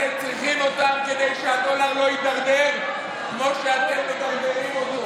אתם צריכים אותם כדי שהדולר לא יידרדר כמו שאתם מדרדרים אותו.